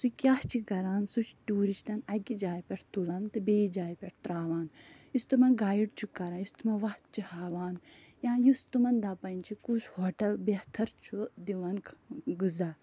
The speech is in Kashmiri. سُہ کیٛاہ چھُ کَران سُہ چھُ ٹیٛوٗرِسٹَن اَکہِ جایہِ پٮ۪ٹھ تُلان تہٕ بیٚیِس جایہِ پٮ۪ٹھ ترٛاوان یُس تِمَن گایِڈ چھُ کَران یُس تِمَن وَتھ چھِ ہاوان یا یُس تِمَن دَپان چھُ کُس ہوٹَل بہتر چھُ دِوان غذا